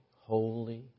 holy